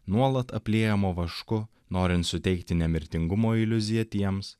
nuolat apliejamo vašku norint suteikti nemirtingumo iliuziją tiems